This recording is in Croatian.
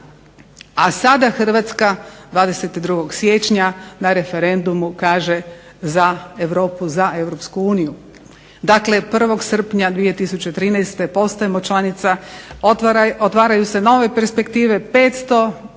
A sada Hrvatska 22. siječnja na referendumu kaže za Europu za EU. Dakle, 1. srpnja 2013. Postajemo članica, otvaraju se nove perspektive,